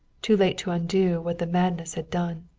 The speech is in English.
too late to undo what the madness had done.